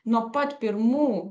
nuo pat pirmų